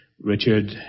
Richard